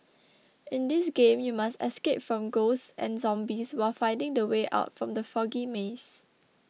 in this game you must escape from ghosts and zombies while finding the way out from the foggy maze